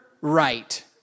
right